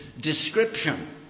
description